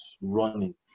running